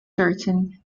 certain